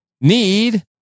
Need